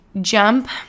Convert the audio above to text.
jump